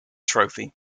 trophy